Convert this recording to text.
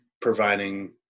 providing